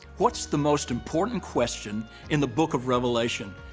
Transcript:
what's the most important question in the book of revelation?